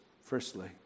Firstly